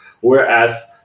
Whereas